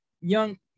young